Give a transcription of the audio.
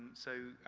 so,